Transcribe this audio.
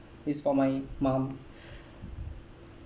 is for my mom